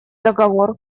договор